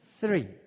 Three